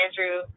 Andrew